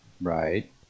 Right